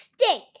stink